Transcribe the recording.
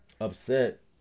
Upset